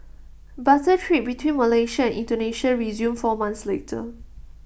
barter trade between Malaysia Indonesia resumed four months later